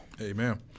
Amen